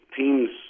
teams